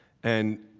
and,